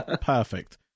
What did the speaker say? perfect